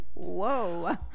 Whoa